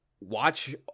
watch